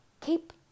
keep